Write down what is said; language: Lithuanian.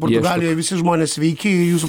portugalijoj visi žmonės sveiki jūsų